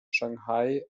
shanghai